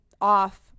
off